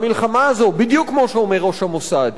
המלחמה הזו, בדיוק כמו שאומר ראש המוסד,